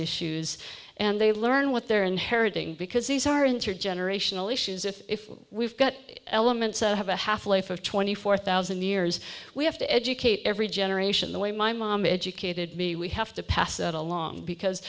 issues and they learn what they're inheriting because these are intergenerational issues if we've got elements that have a half life of twenty four thousand years we have to educate every generation the way my mom educated me we have to pass it along because